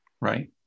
Right